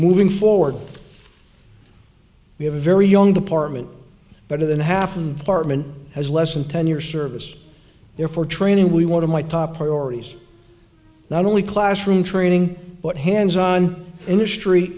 moving forward we have a very young department better than half of the partment has less than ten years service therefore training we want to my top priorities not only classroom training but hands on industry